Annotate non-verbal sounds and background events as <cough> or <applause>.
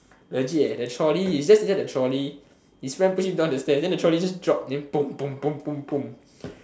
legit eh the trolley he just inside the trolley his friend push him down the stairs then the trolley just drop then <noise>